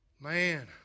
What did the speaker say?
Man